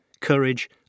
courage